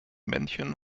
männchen